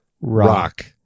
Rock